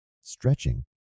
Stretching